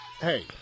hey